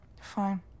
Fine